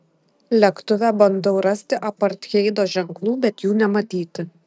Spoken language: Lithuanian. lėktuve bandau rasti apartheido ženklų bet jų nematyti